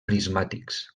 prismàtics